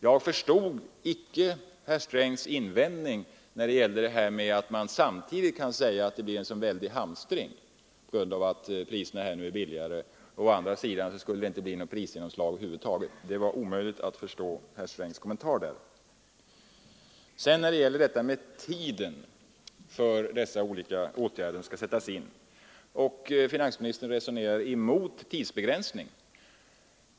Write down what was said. Jag förstod icke herr Strängs invändning då han säger att det blir en väldig hamstring genom att priserna vid en momssänkning blir lägre; å andra sidan skulle det över huvud taget inte bli något prisgenomslag. Det var här omöjligt att förstå herr Strängs kommentar. Det talades om tidpunkten för de olika åtgärdernas insättande. Finansministern var emot en tidsbegränsning.